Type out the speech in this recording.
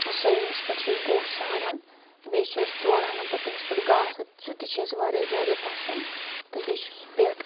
سُہ ییٚمس پیٹھ چھِ أسۍ گُہہ سارَان بیٚیہِ چھِ أسۍ تورٕ انان پتہٕ تٔمس پیٹھ گاسہٕ سُہ تہِ چھِ اسہِ واریاہ زیادٕ پسند تہٕ بیٚیہِ چھُ سُہ پٮ۪ٹ